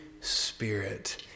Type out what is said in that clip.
Spirit